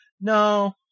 No